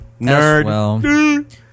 nerd